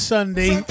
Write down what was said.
Sunday